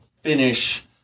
finish